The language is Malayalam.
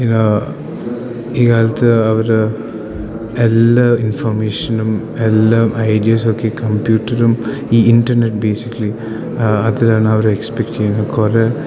ഇതാ ഈ കാലത്ത് അവർ എല്ലാ ഇൻഫർമേഷനും എല്ലാം ഐഡിയാസൊക്കെ കമ്പ്യൂട്ടറും ഈ ഇന്റര്നെറ്റ് ബേസിക്കലി അതിലാണ് അവർ എക്സ്പെക്റ്റ് ചെയ്തു കുറേ